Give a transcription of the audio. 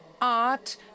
art